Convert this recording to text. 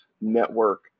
network